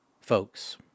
folks